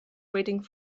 waiting